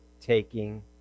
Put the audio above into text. taking